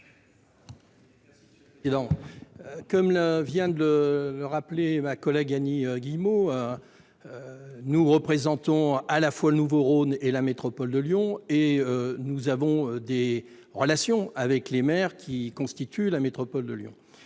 Comme vient de le rappeler ma collègue Annie Guillemot, nous représentons à la fois le « nouveau Rhône » et la métropole de Lyon et nous avons des relations avec les maires des municipalités qui constituent